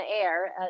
air